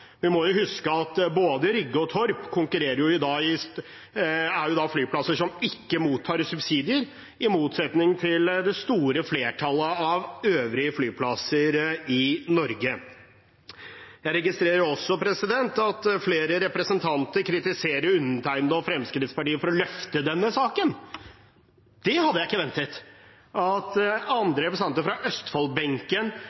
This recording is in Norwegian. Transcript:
Vi må huske at både Rygge og Torp er flyplasser som ikke mottar subsidier, i motsetning til det store flertallet av øvrige flyplasser i Norge. Jeg registrerer også at flere representanter kritiserer undertegnede og Fremskrittspartiet for å løfte denne saken. Det hadde jeg ikke ventet – at